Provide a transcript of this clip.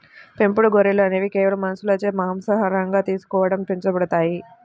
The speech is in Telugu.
పెంపుడు గొర్రెలు అనేవి కేవలం మనుషులచే మాంసాహారంగా తీసుకోవడం పెంచబడతాయి